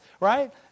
right